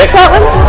Scotland